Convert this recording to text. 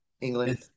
England